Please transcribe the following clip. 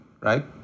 right